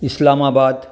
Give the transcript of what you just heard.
Islamabad